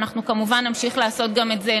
ואנחנו כמובן נמשיך לעשות גם את זה.